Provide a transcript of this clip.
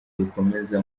bikomeza